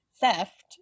theft